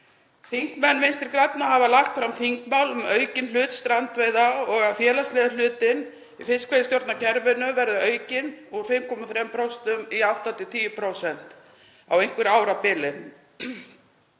Þingmenn Vinstri grænna hafa lagt fram þingmál um aukinn hlut strandveiða og að félagslegi hlutinn í fiskveiðistjórnarkerfinu verði aukinn úr 5,3% í 8–10% á einhverju árabili.